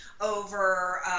over